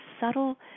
subtle